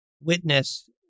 witness